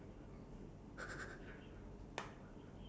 I don't have my phone also like half already